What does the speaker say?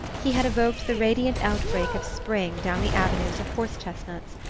he had evoked the radiant outbreak of spring down the avenues of horse-chestnuts,